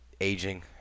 aging